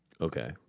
Okay